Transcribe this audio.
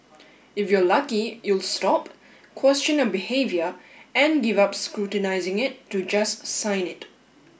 if you're lucky you'll stop question your behaviour and give up scrutinising it to just sign it